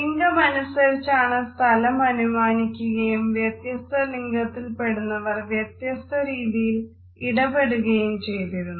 ലിംഗം അനുസരിച്ച് സ്ഥലം അനുമാനിക്കുകയും വ്യത്യസ്ത ലിംഗത്തിൽപ്പെടുന്നവർ വ്യത്യസ്ത രീതിയിൽ ഇടപെടുകയും ചെയ്തിരുന്നു